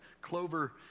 clover